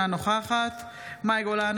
אינה נוכחת מאי גולן,